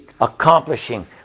accomplishing